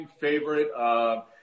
favorite –